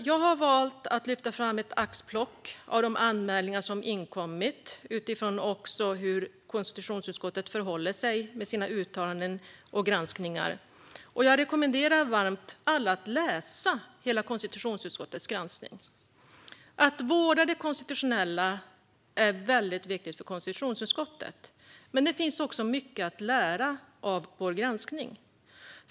Jag har valt att lyfta fram ett axplock av de anmälningar som inkommit utifrån hur konstitutionsutskottet förhåller sig till dem i sina uttalanden och granskningar. Jag rekommenderar varmt alla att läsa hela konstitutionsutskottets granskning. Att vårda det konstitutionella är väldigt viktigt för konstitutionsutskottet, men det finns också mycket att lära av vår granskning.